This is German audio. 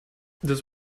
das